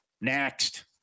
Next